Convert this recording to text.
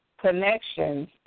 connections